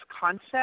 concept